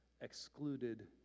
excluded